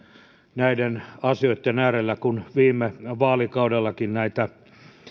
näiden asioitten äärellä kun viime vaalikaudellakin näitä